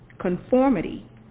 conformity